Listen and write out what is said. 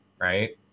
right